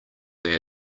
they